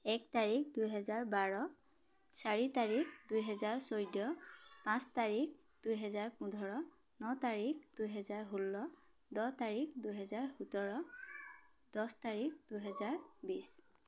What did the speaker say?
এক তাৰিখ দুহেজাৰ বাৰ চাৰি তাৰিখ দুহেজাৰ চৈধ্য পাঁচ তাৰিখ দুহেজাৰ পোন্ধৰ ন তাৰিখ দুহেজাৰ ষোল্ল দহ তাৰিখ দুহেজাৰ সোতৰ দছ তাৰিখ দুহেজাৰ বিছ